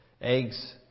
eggs